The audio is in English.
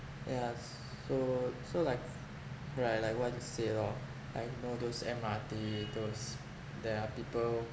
yeah s~ so so like right like what you say lor like you know those M_R_T those there are people